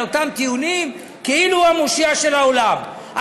אותם טיעונים כאילו הוא המושיע של העולם.